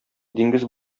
диңгез